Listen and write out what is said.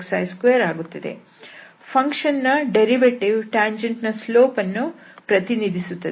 function ನ ವ್ಯುತ್ಪನ್ನವು ಟ್ಯಾಂಜೆಂಟ್ನ ಸ್ಲೋಪ್ ಅನ್ನು ಪ್ರತಿನಿಧಿಸುತ್ತದೆ